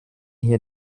hier